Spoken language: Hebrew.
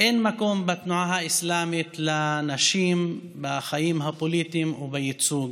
אין מקום בתנועה האסלאמית לנשים בחיים הפוליטיים ובייצוג.